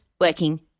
working